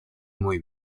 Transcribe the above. muy